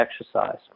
exercise